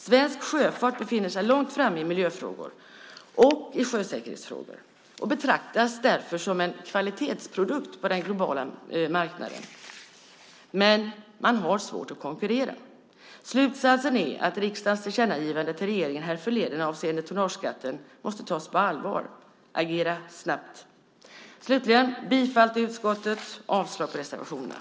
Svensk sjöfart befinner sig långt framme i miljöfrågor och sjösäkerhetsfrågor och betraktas därför som en kvalitetsprodukt på den globala marknaden, men man har svårt att konkurrera. Slutsatsen är att riksdagens tillkännagivande till regeringen härförleden avseende tonnageskatten måste tas på allvar. Agera snabbt! Slutligen yrkar jag bifall till utskottets förslag och avslag på reservationerna.